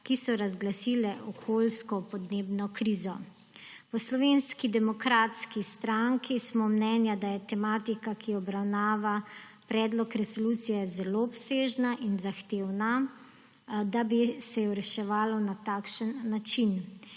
ki so razglasile okoljsko podnebno krizo. V Slovenski demokratski stranki smo mnenja, da je tematika, ki jo obravnava predlog resolucije, zelo obsežna in zahtevna, da bi se jo reševalo na takšen način.